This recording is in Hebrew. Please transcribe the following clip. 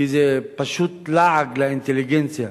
כי זה פשוט לעג לאינטליגנציה,